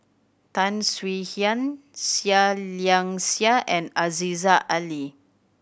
Tan Swie Hian Seah Liang Seah and Aziza Ali